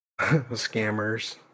scammers